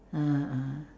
(uh huh) (uh huh)